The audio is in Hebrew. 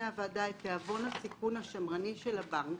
הוועדה את תיאבון הסיכון השמרני של הבנק,